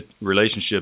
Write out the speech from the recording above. relationship